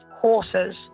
Horses